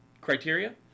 criteria